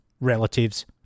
relatives